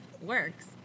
works